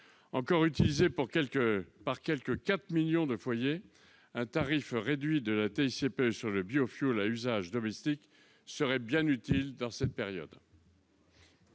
encore utilisées par quelque 4 millions de foyers, un tarif réduit de TICPE sur le biofioul à usage domestique serait bien utile dans cette période.